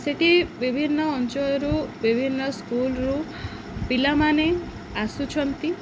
ସେଇଠି ବିଭିନ୍ନ ଅଞ୍ଚଳରୁ ବିଭିନ୍ନ ସ୍କୁଲ୍ରୁ ପିଲାମାନେ ଆସୁଛନ୍ତି